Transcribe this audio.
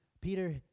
Peter